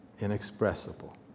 inexpressible